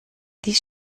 dies